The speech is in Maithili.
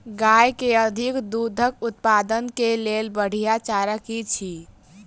गाय केँ अधिक दुग्ध उत्पादन केँ लेल बढ़िया चारा की अछि?